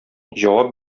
җавап